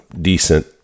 decent